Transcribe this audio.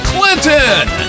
Clinton